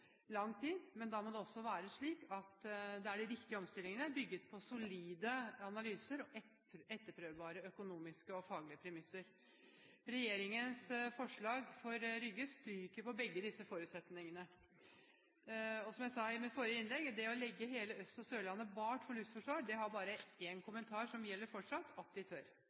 lang tid, men da må det være de riktige omstillingene – bygget på solide analyser og etterprøvbare økonomiske og faglige premisser. Regjeringens forslag for Rygge stryker på begge disse forutsetningene. Som jeg sa i mitt forrige innlegg: Til det å legge hele Øst- og Sørlandet bart for luftforsvar har jeg bare én kommentar, som fortsatt gjelder, og det er: At de tør!